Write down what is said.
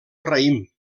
raïm